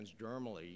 transdermally